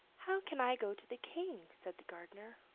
how can i go to the king, said the gardener,